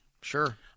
Sure